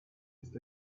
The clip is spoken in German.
ist